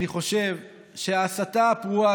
אני חושב שההסתה הפרועה,